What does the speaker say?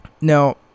Now